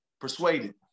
Persuaded